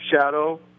shadow